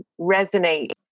resonate